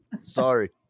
Sorry